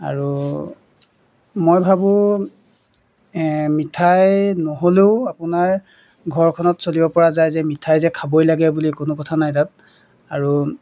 আৰু মই ভাবোঁ মিঠাই নহ'লেও আপোনাৰ ঘৰখনত চলিব পৰা যায় যে মিঠাই যে খাবই লাগে বুলি কোনো কথা নাই তাত আৰু